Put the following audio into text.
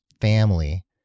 family